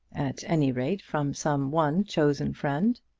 at any rate from some one chosen friend.